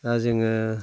दा जोङो